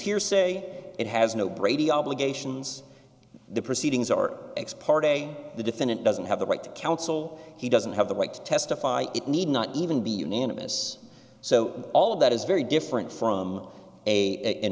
hearsay it has no brady obligations the proceedings are ex parte the defendant doesn't have the right to counsel he doesn't have the right to testify it need not even be unanimous so all of that is very different from a